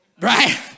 right